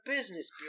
Business